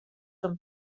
són